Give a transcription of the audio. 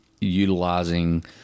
utilizing